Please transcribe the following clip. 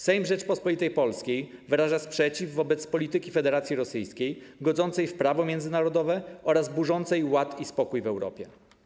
Sejm Rzeczypospolitej Polskiej wyraża sprzeciw wobec polityki Federacji Rosyjskiej, godzącej w prawo międzynarodowe oraz burzącej ład i pokój w Europie.